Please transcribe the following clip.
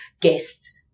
guests